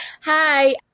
Hi